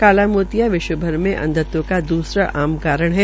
काला मोतिया विश्व भर में अंधत्व का दूसरा आम कारण है